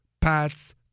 pats